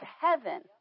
heaven